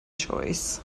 choice